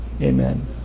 Amen